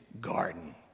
garden